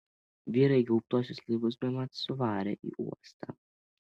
vyrai gaubtuosius laivus bemat suvarė į uostą